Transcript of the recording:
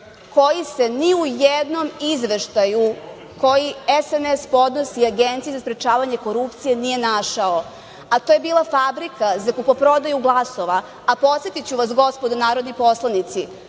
koji se ni u jednom izveštaju koji SNS podnosi Agenciji za sprečavanje korupcije nije našao, a to je bila fabrika za kupoprodaju glasova. Podsetiću vas, gospodo narodni poslanici,